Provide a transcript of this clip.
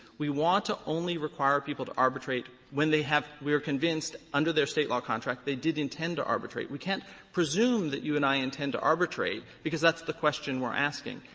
we want to only require people to arbitrate when they have we are convinced under their state law contract they did intend to arbitrate. we can't presume that you and i intend to arbitrate because that's the question we're asking.